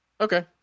Okay